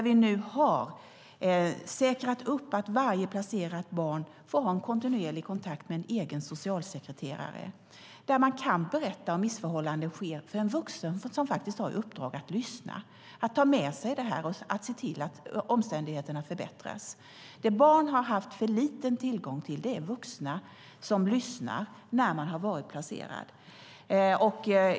Vi har nu säkrat upp att varje placerat barn får ha en kontinuerlig kontakt med en egen socialsekreterare, där barnet kan berätta om missförhållanden för en vuxen som faktiskt har i uppdrag att lyssna, att ta med sig detta och att se till att omständigheterna förbättras. Det barn har haft för lite tillgång till är vuxna som lyssnar när barnet har varit placerat.